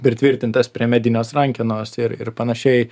pritvirtintas prie medinės rankenos ir ir panašiai